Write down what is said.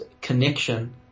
connection